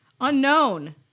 unknown